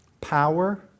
power